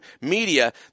media